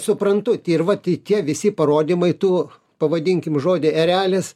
suprantu ir vat tai tie visi parodymai tu pavadinkim žodį erelis